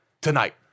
tonight